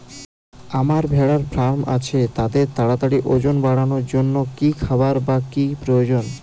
আমার ভেড়ার ফার্ম আছে তাদের তাড়াতাড়ি ওজন বাড়ানোর জন্য কী খাবার বা কী প্রয়োজন?